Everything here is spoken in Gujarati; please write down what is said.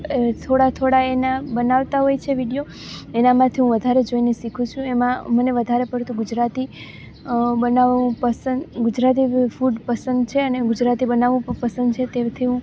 થોડા થોડા એનાં બનાવતા હોય છે વિડીયો એનામાંથી હું વધારે જોઈને શીખું છું એમાં મને વધારે પડતું ગુજરાતી બનાવવું પસંદ ગુજરાતી ફૂડ પસંદ છે અને ગુજરાતી બનાવવું પસંદ છે તેથી હું